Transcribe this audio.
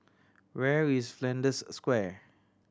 where is Flanders Square